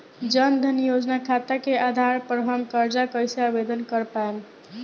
जन धन योजना खाता के आधार पर हम कर्जा कईसे आवेदन कर पाएम?